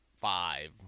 five